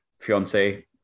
fiance